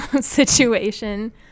situation